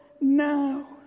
now